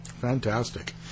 Fantastic